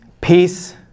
Peace